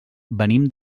venim